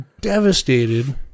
devastated